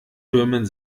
türmen